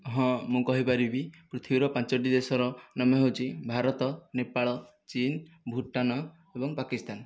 ହଁ ମୁଁ କହିପାରିବି ପୃଥିବୀର ପାଞ୍ଚଟି ଦେଶର ନାମ ହେଉଛି ଭାରତ ନେପାଳ ଚୀନ ଭୁଟାନ ଏବଂ ପାକିସ୍ତାନ